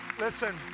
Listen